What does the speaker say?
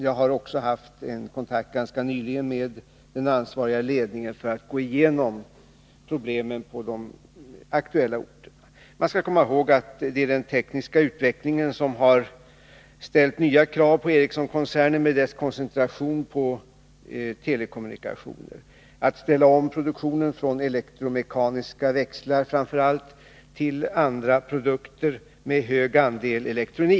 Jag har också ganska nyligen haft en kontakt med den ansvariga ledningen för att gå igenom problemen på de aktuella orterna. Man skall komma ihåg att det är den tekniska utvecklingen som har ställt nya krav på LM Ericsson-koncernen — med dess koncentration på telekommunikationer — att ställa om produktionen från framför allt elektromekaniska växlar till andra produkter med hög andel elektronik.